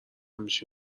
میشی